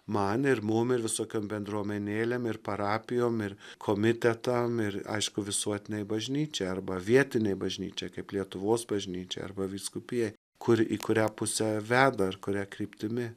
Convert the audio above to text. man ir mum visokiom bendruomenėlėm ir parapijom ir komitetam ir aišku visuotinei bažnyčiai arba vietinei bažnyčiai kaip lietuvos bažnyčiai arba vyskupijai kur į kurią pusę veda ar kuria kryptimi